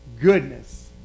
goodness